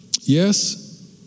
Yes